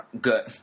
Good